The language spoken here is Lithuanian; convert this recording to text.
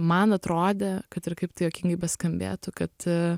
man atrodė kad ir kaip tai juokingai beskambėtų kad